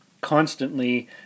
constantly